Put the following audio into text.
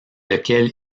lequel